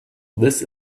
this